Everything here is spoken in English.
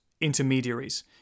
intermediaries